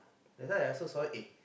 that's why I also saw it eh